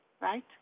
right